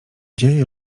dzieje